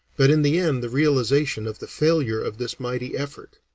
but in the end the realization of the failure of this mighty effort.